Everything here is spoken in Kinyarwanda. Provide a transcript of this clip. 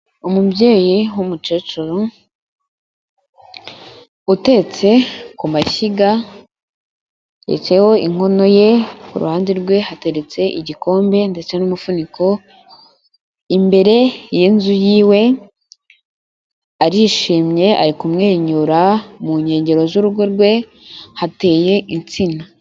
Umubyeyi w'umukecuru, utetse ku mashyiga, yicayeho inkono ye, ku ruhande rwe hateretse igikombe, ndetse n'umufuniko imbere y'inzu yiwe, arishimye ari kumwenyura mu nkengero z'urugo rwe hateye insina.